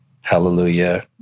hallelujah